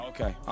Okay